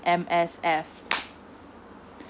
M_S_F